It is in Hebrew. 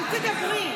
אל תדברי.